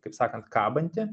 kaip sakant kabanti